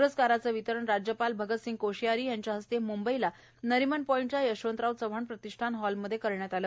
प्रस्काराचे वितरण राज्यपाल भगतसिंग कौश्यारी यांच्या हस्ते मुंबईला नरीमन पॉईंटच्या यशवंतराव चव्हाण प्रतिष्ठान हॉलमध्ये करण्यात आले